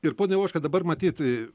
ir pone ivoška dabar matyt